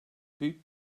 büyük